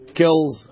kills